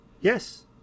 Yes